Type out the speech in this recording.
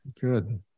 Good